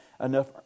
enough